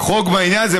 חוק בעניין הזה.